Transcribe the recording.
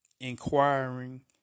inquiring